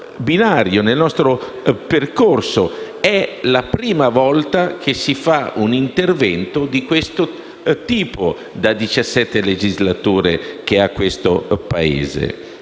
il nostro percorso. È la prima volta che si fa un intervento di questo tipo da 17 legislature a questa parte,